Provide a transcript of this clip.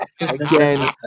Again